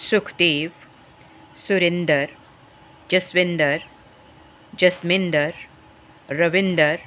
Sukhdev Surinder Jaswinder Jasminder Ravinder